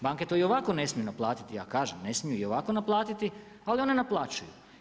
Banke to i ovako ne smiju naplatiti, ja kažem ne smiju i ovako naplatiti, ali oni naplaćuju.